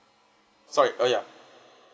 sorry uh ya